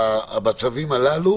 בצווים הללו